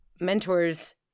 mentors